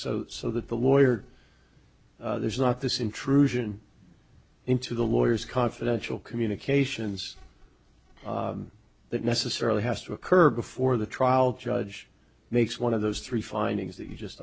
that so that the lawyer there's not this intrusion into the lawyers confidential communications that necessarily has to occur before the trial judge makes one of those three findings that you just